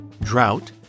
drought